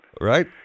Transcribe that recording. Right